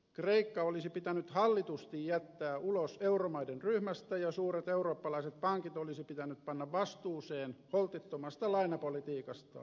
kreikka olisi pitänyt hallitusti jättää ulos euromaiden ryhmästä ja suuret eurooppalaiset pankit olisi pitänyt panna vastuuseen holtittomasta lainapolitiikastaan